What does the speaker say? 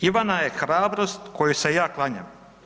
Ivana je hrabrost kojoj se ja klanjam.